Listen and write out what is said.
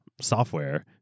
software